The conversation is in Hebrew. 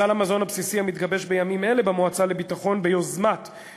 סל המזון הבסיסי המתגבש בימים אלה במועצה לביטחון תזונתי